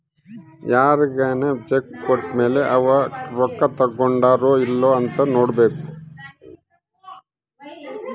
ಯಾರ್ಗನ ಚೆಕ್ ಕೋಟ್ಮೇಲೇ ಅವೆ ರೊಕ್ಕ ತಕ್ಕೊಂಡಾರೊ ಇಲ್ಲೊ ಅಂತ ನೋಡೋದು